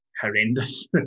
horrendous